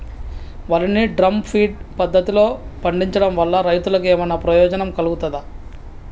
వరి ని drum feed పద్ధతిలో పండించడం వల్ల రైతులకు ఏమన్నా ప్రయోజనం కలుగుతదా?